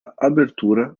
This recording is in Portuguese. abertura